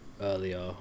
earlier